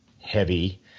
heavy